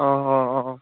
অঁ অঁ অঁ অঁ